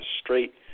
straight